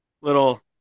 Little